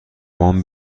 وام